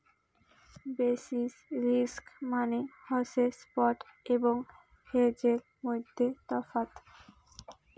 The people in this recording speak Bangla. বেসিস রিস্ক মানে হসে স্পট এবং হেজের মইধ্যে তফাৎ